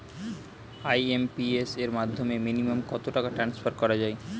IMPS এর মাধ্যমে minimum কত টাকা ট্রান্সফার করা যায়?